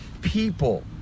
people